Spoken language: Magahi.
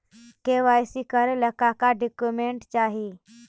के.वाई.सी करे ला का का डॉक्यूमेंट चाही?